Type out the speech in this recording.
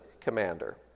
commander